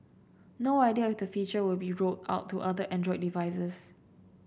no idea if the feature will be rolled out to other Android devices